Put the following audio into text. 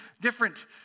different